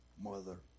mother